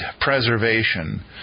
Preservation